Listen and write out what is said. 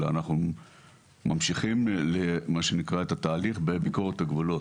אלא אנחנו ממשיכים את התהליך בביקורת הגבולות.